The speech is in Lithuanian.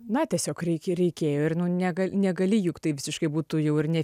na tiesiog reikia reikėjo ir nu nega negali juk tai visiškai būtų jau ir ne